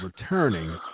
returning